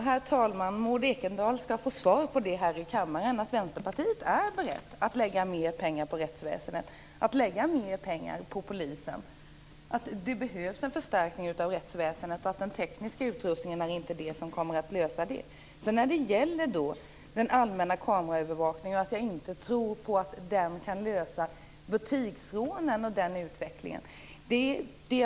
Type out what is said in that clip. Herr talman! Maud Ekendahl skall få svar på det här i kammaren. Vänsterpartiet är berett att lägga mer pengar på rättsväsendet och på polisen. Det behövs en förstärkning av rättsväsendet, men det kommer inte den tekniska utrustningen att lösa. Vad gäller den allmänna kameraövervakningen tror jag inte att den kan klara utvecklingen när det gäller butiksrånen.